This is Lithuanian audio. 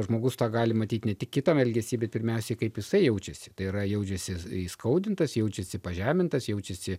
žmogus tą gali matyti ne tik kito elgesy bet pirmiausia kaip jisai jaučiasi tai yra jaučiasi įskaudintas jaučiasi pažemintas jaučiasi